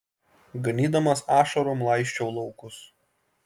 ganydamas ašarom laisčiau laukus